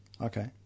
Okay